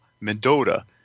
Mendota